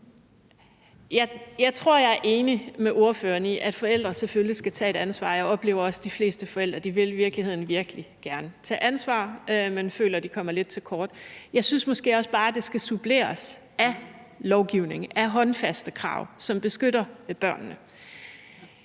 Jeg tror, at jeg er enig med ordføreren i, at forældre selvfølgelig skal tage et ansvar. Og jeg oplever også, at de fleste forældre i virkeligheden virkelig gerne vil tage ansvar, men føler, at de kommer lidt til kort. Jeg synes måske også bare, det skal suppleres af lovgivning, af håndfaste krav, som beskytter børnene.